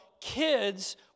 kids